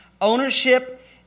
Ownership